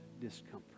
discomfort